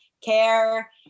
care